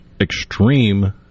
extreme